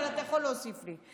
אבל אתה יכול להוסיף לי.